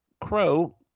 Crow